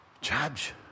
Judge